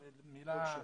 מילה.